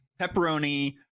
pepperoni